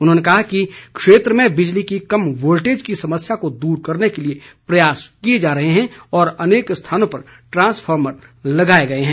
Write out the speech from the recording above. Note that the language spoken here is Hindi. उन्होंने कहा कि क्षेत्र में बिजली की कम वोल्टेज की समस्या को दूर करने के लिए प्रयास किए जा रहे हैं और अनेक स्थानों पर ट्रांसफार्मर लगाए गए हैं